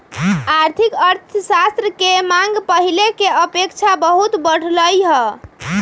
आर्थिक अर्थशास्त्र के मांग पहिले के अपेक्षा बहुते बढ़लइ ह